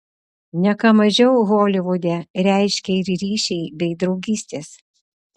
ne ką mažiau holivude reiškia ir ryšiai bei draugystės